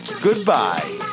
Goodbye